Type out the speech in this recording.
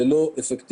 זה לא אפקטיבי,